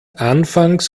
anfangs